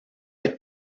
est